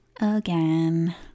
again